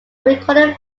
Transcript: recorded